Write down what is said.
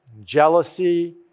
jealousy